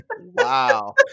Wow